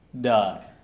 die